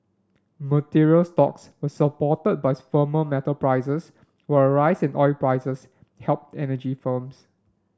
materials stocks were supported by firmer metal prices while a rise in oil prices helped energy firms